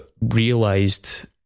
realised